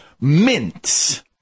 mints